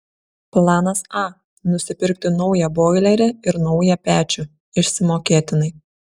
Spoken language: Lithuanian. planas a nusipirkti naują boilerį ir naują pečių išsimokėtinai